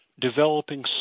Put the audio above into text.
developing